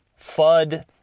FUD